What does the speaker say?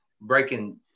breaking